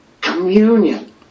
communion